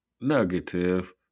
negative